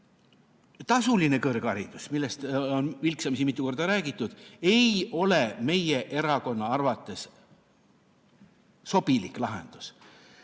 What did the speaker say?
kõrgharidus, millest on vilksamisi mitu korda räägitud, ei ole meie erakonna arvates sobilik lahendus.